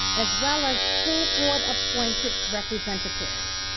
as well as school board appointed representatives.